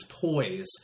toys